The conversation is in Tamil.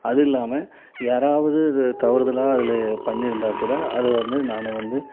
அது இல்லாமல் யாராவது இது தவறுதலாக இதில் பண்ணியிருந்தா கூட அதை வந்து நான் வந்து